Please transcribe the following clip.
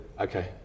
okay